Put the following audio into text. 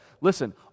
Listen